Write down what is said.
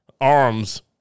arms